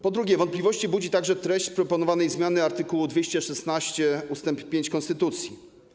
Po drugie, wątpliwości budzi także treść proponowanej zmiany art. 216 ust. 5 konstytucji.